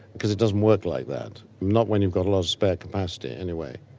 because it doesn't work like that, not when you've got a lot of spare capacity anyway.